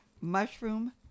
mushroom